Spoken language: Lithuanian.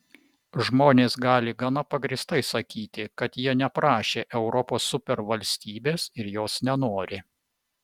žmonės gali gana pagrįstai sakyti kad jie neprašė europos supervalstybės ir jos nenori